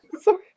Sorry